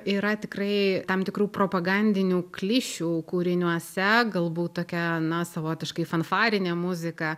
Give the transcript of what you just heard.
yra tikrai tam tikrų propagandinių klišių kūriniuose galbūt tokia na savotiškai fanfarinė muzika